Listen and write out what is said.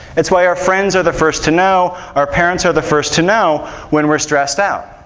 that's why our friends are the first to know, our parents are the first to know when we're stressed out,